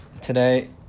Today